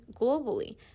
globally